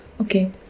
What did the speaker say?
okay